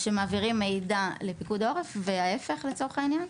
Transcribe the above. שמעבירים מידע לפיקוד העורף ולהפך לצורך העניין.